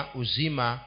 uzima